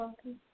Okay